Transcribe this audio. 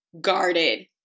guarded